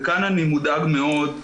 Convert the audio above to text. וכאן אני מודאג מאוד,